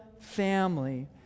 family